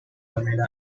pamela